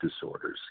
Disorders